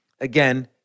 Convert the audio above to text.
again